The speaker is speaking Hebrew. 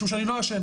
משום שאני לא ישן